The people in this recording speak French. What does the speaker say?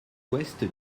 ouest